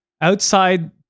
outside